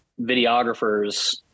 videographers